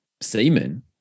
semen